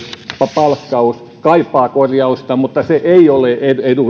palkkaus kaipaa korjausta mutta se ei ole